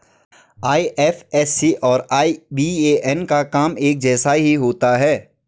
IFSC और IBAN का काम एक जैसा ही होता है